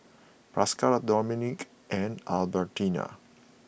Pascal Dominique and Albertina